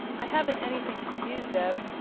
i haven't anything for you, zeb.